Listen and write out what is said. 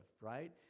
right